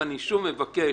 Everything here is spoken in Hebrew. אני שוב מבקש